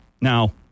Now